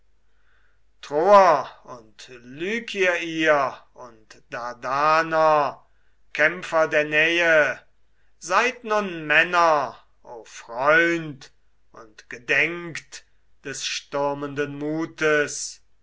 troer und lykier ihr und dardaner kämpfer der nähe seid nun männer o freund und gedenkt des stürmenden mutes